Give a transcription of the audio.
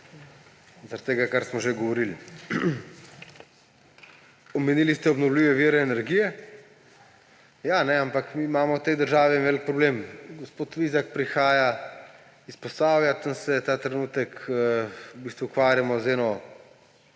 zaradi tega, kar smo že govorili. Omenili ste obnovljive vire energije. Ja, ampak mi imamo v tej državi velik problem. Gospod Vizjak prihaja iz Posavja, tam se ta trenutek v bistvu ukvarjamo z eno